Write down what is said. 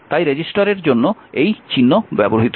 তাই রেজিস্টারের জন্য এই চিহ্ন ব্যবহৃত হয়েছে